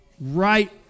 Right